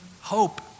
hope